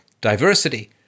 diversity